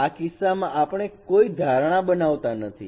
આ કિસ્સામાં આપણે કોઈ ધારણા બનાવતા નથી